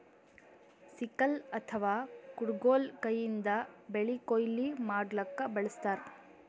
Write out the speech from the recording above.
sickle ಅಥವಾ ಕುಡಗೊಲ್ ಕೈಯಿಂದ್ ಬೆಳಿ ಕೊಯ್ಲಿ ಮಾಡ್ಲಕ್ಕ್ ಬಳಸ್ತಾರ್